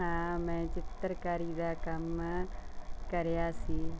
ਹਾਂ ਮੈਂ ਚਿੱਤਰਕਾਰੀ ਦਾ ਕੰਮ ਕਰਿਆ ਸੀ